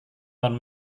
tahun